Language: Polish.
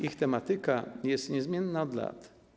Ich tematyka jest niezmienna od lat.